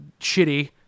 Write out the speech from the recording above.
shitty